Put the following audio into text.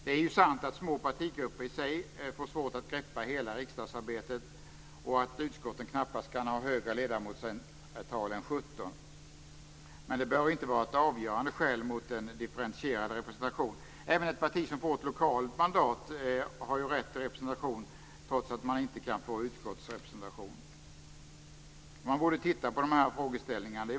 Det är sant att små partigrupper i sig får svårt att greppa hela riksdagsarbetet och att utskotten knappast kan ha högre ledamotsantal än 17, men det bör inte vara ett avgörande skäl mot en differentierad representation. Även ett parti som får ett lokalt mandat har rätt till representation, trots att det inte kan få utskottsrepresentation. Man borde titta på de här frågeställningarna.